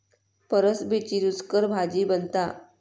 फरसबीची रूचकर भाजी बनता